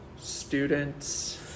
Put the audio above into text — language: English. students